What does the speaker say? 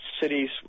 cities